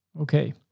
Okay